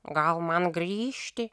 gal man grįžti